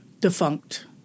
defunct